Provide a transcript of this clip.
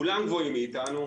כולם גבוהים מאיתנו,